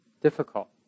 difficult